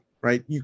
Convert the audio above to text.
right